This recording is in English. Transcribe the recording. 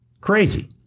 Crazy